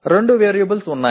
రెండు వేరియబుల్స్ ఉన్నాయి